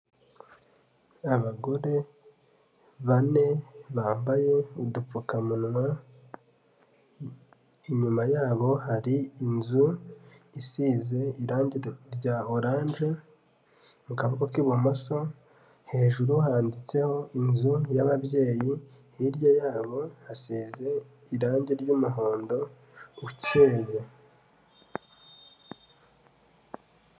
Abagore bane bambaye udupfukamunwa, inyuma yabo hari inzu isize irangi rya oranje, mu kaboko k'ibumoso hejuru handitseho inzu y'ababyeyi, hirya yabo hasize irangi ry'umuhondo ukeye.